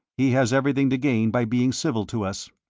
he has everything to gain by being civil to us.